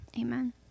Amen